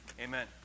Amen